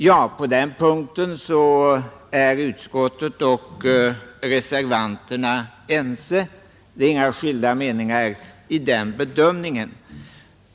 Ja, på den punkten är utskottet och reservanterna ense — det är inga skilda meningar om den bedömningen.